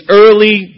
early